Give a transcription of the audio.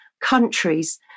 countries